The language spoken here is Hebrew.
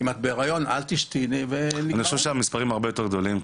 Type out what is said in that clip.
שלא עולה הרבה כסף --- אני חושב שהמספרים הרבה יותר גדולים.